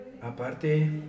Aparte